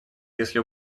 если